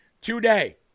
today